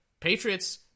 Patriots